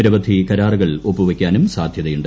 നിരവധി കരാറുകൾ ഒപ്പുവയ്ക്കാനും സാധ്യതയുണ്ട്